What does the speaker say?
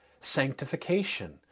sanctification